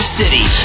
city